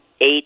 eight